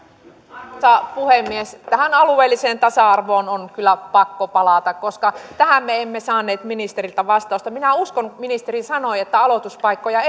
arvoisa puhemies tähän alueelliseen tasa arvoon on kyllä pakko palata koska tähän me emme saaneet ministeriltä vastausta minä uskon kun ministeri sanoi että aloituspaikkoja